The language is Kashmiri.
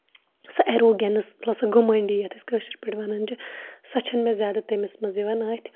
سۄ ایٚروگینٔس مطلب سُہ غمنٛڈی یَتھ أسۍ کٲشِرۍ پٲٹھۍ وَنان چھِ سۄ چھےٚ نہٕ مےٚ زیادٕ تٔمِس منٛز یِوان اتھِ